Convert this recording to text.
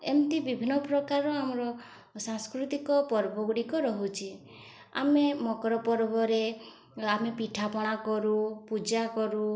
ଏମିତି ବିଭିନ୍ନ ପ୍ରକାର ଆମର ସାଂସ୍କୃତିକ ପର୍ବ ଗୁଡ଼ିକ ରହୁଛି ଆମେ ମକର ପର୍ବରେ ଆମେ ପିଠାପଣା କରୁ ପୂଜା କରୁ